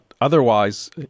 otherwise